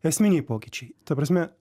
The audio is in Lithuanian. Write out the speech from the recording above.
esminiai pokyčiai ta prasme